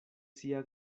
sia